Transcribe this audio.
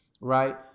Right